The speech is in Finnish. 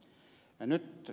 nyt täällä ed